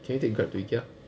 can we take grab to ikea